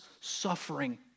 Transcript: suffering